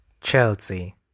Chelsea